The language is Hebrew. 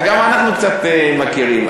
אנחנו קצת מכירים.